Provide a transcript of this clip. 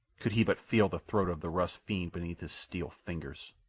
could he but feel the throat of the russ fiend beneath his steel fingers!